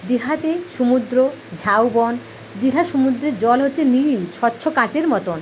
দীঘাতে সমুদ্র ঝাউ বন দীঘার সমুদ্রের জল হচ্ছে নীল স্বচ্ছ কাঁচের মতন